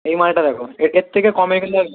এই মালটা দেখো এ র থেকে কমে কিন্তু একদম